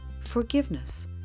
Forgiveness